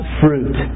fruit